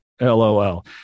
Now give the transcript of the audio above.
LOL